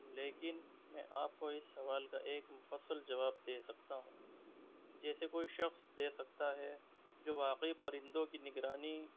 لیکن میں آپ کو اس سوال کا ایک مفصل جواب دے سکتا ہوں جیسے کوئی شخص دے سکتا ہے جو واقعی پرندوں کی نگرانی